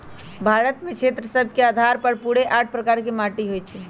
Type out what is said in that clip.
भारत में क्षेत्र सभ के अधार पर पूरे आठ प्रकार के माटि होइ छइ